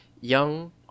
young